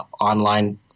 online